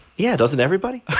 yeah. doesn't everybody?